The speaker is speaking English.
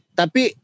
tapi